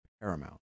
paramount